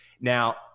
Now